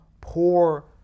poor